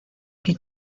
que